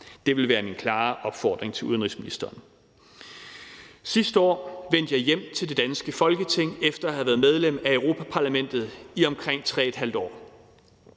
Det vil være min klare opfordring til udenrigsministeren. Sidste år vendte jeg hjem til det danske Folketing efter at have været medlem af Europa-Parlamentet i omkring 3½ år.